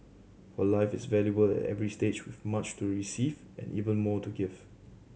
for life is valuable at every stage with much to receive and even more to give